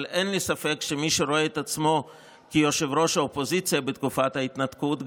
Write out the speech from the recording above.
אבל אין לי ספק שמי שרואה את עצמו כראש האופוזיציה בתקופת ההתנתקות,